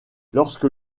lorsque